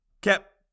kept